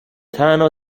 تنها